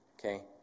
okay